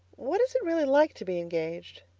what is it really like to be engaged?